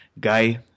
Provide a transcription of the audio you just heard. Guy